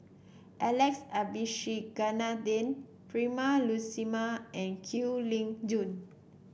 Alex Abisheganaden Prema Letchumanan and Kwek Leng Joo